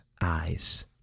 eyes